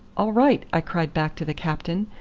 all right! i cried back to the captain,